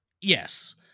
Yes